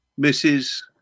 Mrs